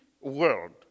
world